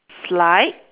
slide